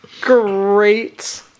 great